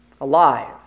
alive